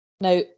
Now